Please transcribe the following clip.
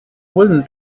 wooden